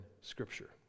scripture